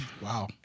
Wow